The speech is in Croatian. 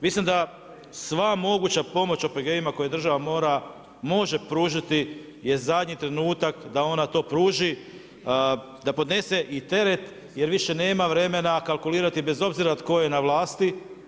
Mislim da sva moguća pomoć OPG-ima koje država može pružiti je zadnji trenutak da ona to pruži, da podnese i teret jer više nema vremena kalkulirati bez obzira tko je na vlasti.